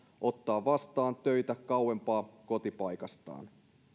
ottaa vastaan töitä kauempaa kotipaikastaan